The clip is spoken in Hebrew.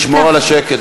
לשמור על השקט,